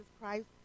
Christ